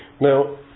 Now